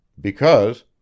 Because—